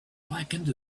blackened